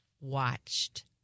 watched